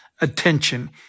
attention